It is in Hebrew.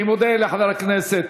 אני מודה לחבר הכנסת